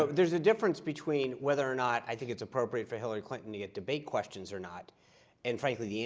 but there's a difference between whether or not i think it's appropriate for hillary clinton to get debate questions or not and frankly, yeah